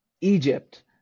Egypt